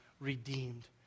redeemed